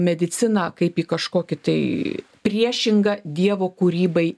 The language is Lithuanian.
mediciną kaip į kažkokį tai priešingą dievo kūrybai